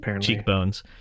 cheekbones